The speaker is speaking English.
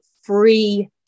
free